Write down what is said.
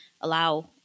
allow